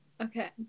okay